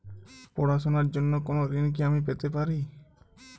পড়াশোনা র জন্য কোনো ঋণ কি আমি পেতে পারি?